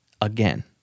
again